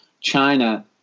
China